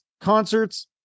concerts